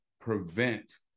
prevent